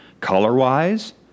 color-wise